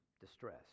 distress